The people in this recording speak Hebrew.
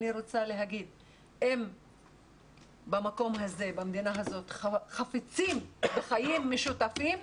אם במקום הזה, במדינה הזאת חפצים בחיים משותפים,